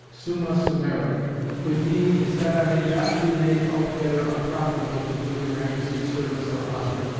summa summarum with me is, that i may not be made altogether unprofitable to do your majesty service or honour.